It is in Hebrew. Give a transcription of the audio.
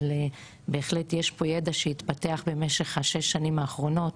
אבל בהחלט יש פה ידע שהתפתח במשך שש השנים האחרונות,